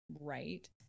right